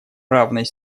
равной